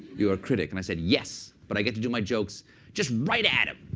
you're a critic. and i said, yes. but i get to do my jokes just right at him.